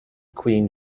queen